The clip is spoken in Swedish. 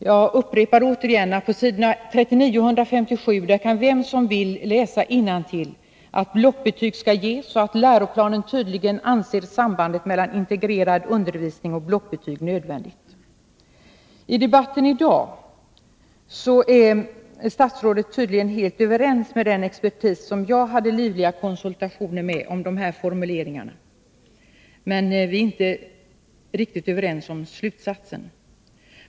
Jag upprepar återigen att vem som vill kan läsa innantill på sidorna 39 och 157 att blockbetyg skall ges och att läroplanen tydligen anser sambandet mellan integrerad undervisning och blockbetyg som nödvändigt. Nr 15 I debatten i dag är statsrådet tydligen helt överens med den expertis som Tisdagen den jag hade livliga konsultationer med om de här formuleringarna. Men vi är 26 oktober 1982 inte riktigt överens om fortsättningen.